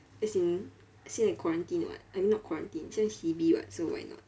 as in still in quarantine [what] I mean not quarantined still in C_B [what] so why not